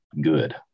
good